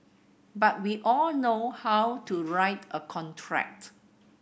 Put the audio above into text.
but we all know how to write a contract